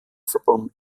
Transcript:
verbunden